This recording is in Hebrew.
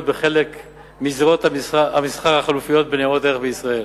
בחלק מזירות המסחר החלופיות בניירות ערך בישראל.